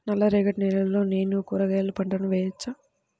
నల్ల రేగడి నేలలో నేను కూరగాయల పంటను వేయచ్చా?